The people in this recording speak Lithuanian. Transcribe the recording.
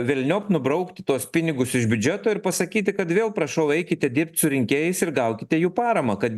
velniop nubraukti tuos pinigus iš biudžeto ir pasakyti kad vėl prašau eikite dirbt su rinkėjais ir gaukite jų paramą kad